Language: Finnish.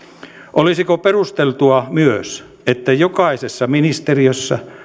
olisiko perusteltua myös että jokaisessa ministeriössä